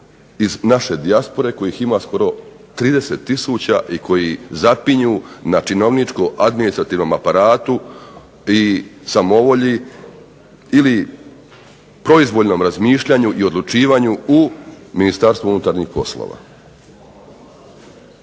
iz naše dijaspore kojih ima skoro 30000 i koji zapinju na činovničko-administrativnom aparatu i samovolji ili proizvoljnom razmišljanju i odlučivanju u Ministarstvu unutarnjih poslova.